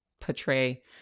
portray